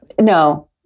No